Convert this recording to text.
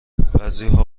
بعضیها